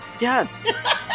Yes